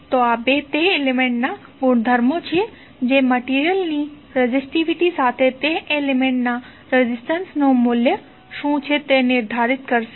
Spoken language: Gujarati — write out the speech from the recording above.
તો આ બે તે એલિમેન્ટ્ના ગુણધર્મો છે જે મટીરીઅલની રેઝિસ્ટીવીટી સાથે તે એલિમેન્ટ્ના રેઝિસ્ટન્સ નું મૂલ્ય શું છે તે નિર્ધારિત કરશે